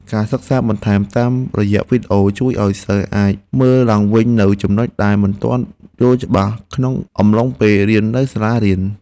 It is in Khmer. ការសិក្សាបន្ថែមតាមរយៈវីដេអូជួយឱ្យសិស្សអាចមើលឡើងវិញនូវចំណុចដែលមិនទាន់យល់ច្បាស់ក្នុងអំឡុងពេលរៀននៅសាលា។